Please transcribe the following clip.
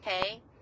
okay